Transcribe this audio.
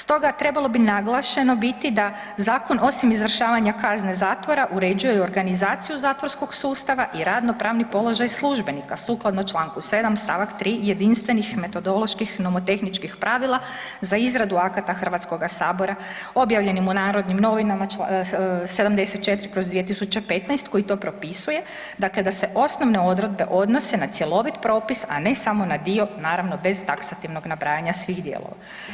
Stoga trebalo bi naglašeno biti da zakon osim izvršavanja kazne zatvora uređuje i organizaciju zatvorskog sustava i radno pravni položaj službenika sukladno čl. 7. st. 3. jedinstvenih metodoloških nomotehničkih pravila za izradu akata HS objavljenim u Narodnim novinama 74/2015 koji to propisuje, dakle da se osnovne odredbe odnose na cjelovit propis, a ne samo na dio naravno bez taksativnog nabrajanja svih dijelova.